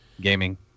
gaming